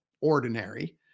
ordinary